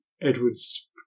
Edward's